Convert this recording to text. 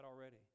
already